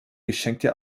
geschenkte